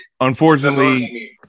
Unfortunately